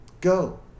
go